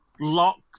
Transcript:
lock